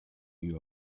you